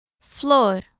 flor